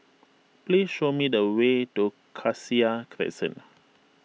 please show me the way to Cassia Crescent